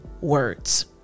words